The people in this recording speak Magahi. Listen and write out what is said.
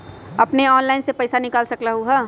अपने ऑनलाइन से पईसा निकाल सकलहु ह?